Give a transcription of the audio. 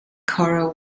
choral